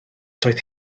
doedd